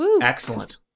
Excellent